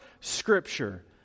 Scripture